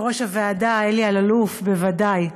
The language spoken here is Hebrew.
יושב-ראש הוועדה אלי אלאלוף בוודאי.